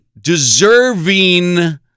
deserving